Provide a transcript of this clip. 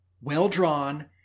well-drawn